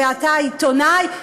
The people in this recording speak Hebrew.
אתה עיתונאי,